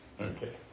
okay